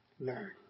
learn